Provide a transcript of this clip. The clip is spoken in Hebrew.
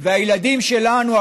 והילדים שלנו,